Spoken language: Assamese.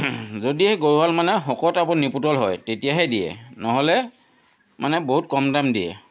যদিহে গৰুহাল মানে শকত আৱত নিপোটল হয় তেতিয়াহে দিয়ে নহ'লে মানে বহুত কম দাম দিয়ে